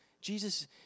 Jesus